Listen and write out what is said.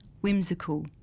whimsical